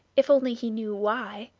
if only he knew why.